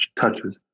touches